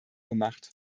gemacht